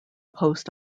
post